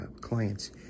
clients